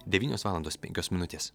devynios valandos penkios minutės